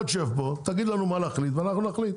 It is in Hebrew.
תשב פה, תגיד לנו מה להחליט ואנחנו נחליט.